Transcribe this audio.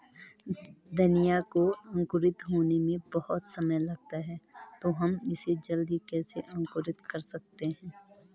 धनिया को अंकुरित होने में बहुत समय लगता है तो हम इसे जल्दी कैसे अंकुरित कर सकते हैं?